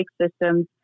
systems